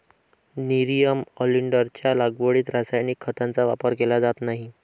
nerium ऑलिंडरच्या लागवडीत रासायनिक खतांचा वापर केला जात नाही